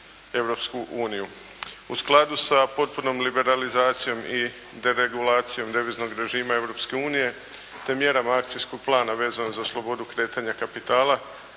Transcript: Europsku uniju. U skladu sa potpunom liberalizacijom i deregulacijom deviznog režima Europske unije, te mjerama akcijskog plana vezano za slobodu kretanja kapitala